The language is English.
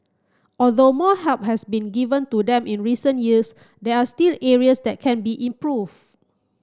although more help has been given to them in recent years there are still areas that can be improved